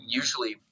usually